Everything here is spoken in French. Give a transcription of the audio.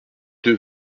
deux